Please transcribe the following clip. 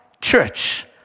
church